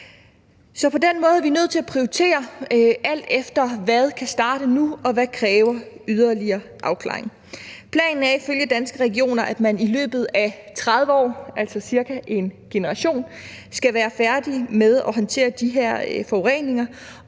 er vi nødt til at prioritere, alt efter hvad der kan starte nu, og hvad der kræver yderligere afklaring. Planen er ifølge Danske Regioner, at man i løbet af 30 år, altså cirka en generation, skal være færdig med at håndtere de her forureninger,